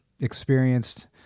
experienced